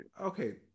okay